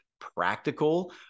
practical